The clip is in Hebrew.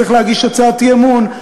צריך להגיש הצעת אי-אמון,